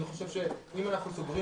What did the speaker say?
אני חושב שאם אנחנו סוגרים